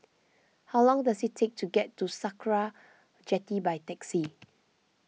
how long does it take to get to Sakra Jetty by taxi